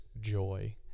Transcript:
joy